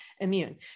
immune